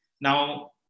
Now